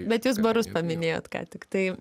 bet jūs barus paminėjot ką tiktai